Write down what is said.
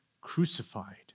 crucified